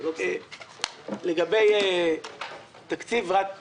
לגבי תקציב, רק אמירה.